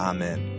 Amen